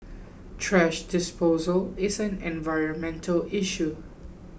thrash disposal is an environmental issue